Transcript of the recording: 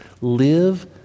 live